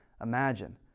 imagine